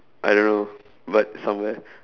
I don't know but somewhere